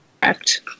Correct